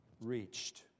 reached